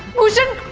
bhushan!